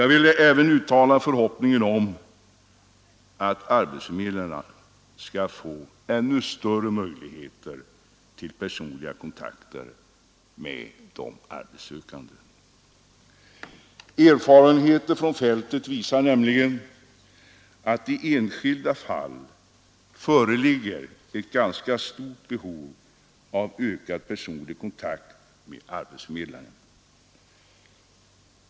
Jag vill även uttala förhoppningen att arbetsförmedlarna skall få ännu större möjligheter till personliga kontakter med de arbetssökande. Erfarenheten från fältet visar nämligen att det i enskilda fall föreligger ett ganska stort behov av ökad personlig kontakt med arbetsförmedlaren.